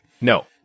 No